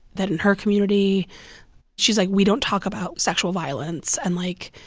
that in her community she's like, we don't talk about sexual violence, and, like,